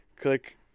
Click